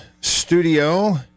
Studio